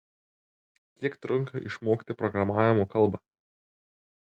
kiek trunka išmokti programavimo kalbą